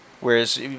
Whereas